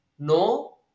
No